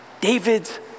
David's